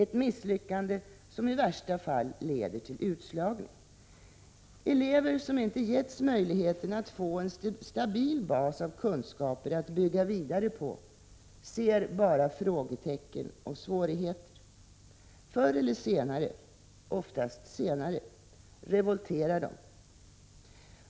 Ett misslyckande leder i värsta fall till utslagning. Elever som inte getts möjligheten att få en stabil bas av kunskaper att bygga vidare på känner sig frågande och ser bara svårigheter. Förr eller senare — oftast senare — revolterar de.